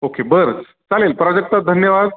okay बर चालेल प्राजक्ता धन्यवाद